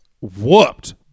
whooped